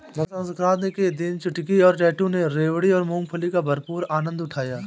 मकर सक्रांति के दिन चुटकी और टैटू ने रेवड़ी और मूंगफली का भरपूर आनंद उठाया